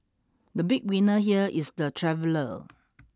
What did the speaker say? the big winner here is the traveller